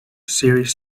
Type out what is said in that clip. serious